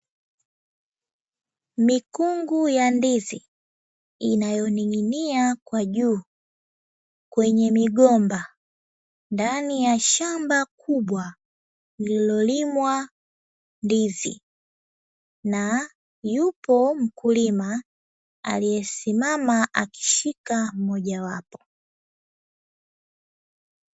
Mikungu ya ndizi inayoning'inia kwa juu kwenye migomba ndani ya shamba kubwa lililolimwa ndizi. Na yupo mkulima aliyesimama akishika moja wapo.